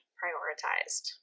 prioritized